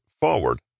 forward